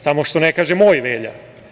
Samo što ne kaže - moj Velja.